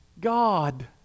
God